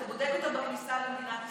אתה בודק אותם בכניסה למדינת ישראל,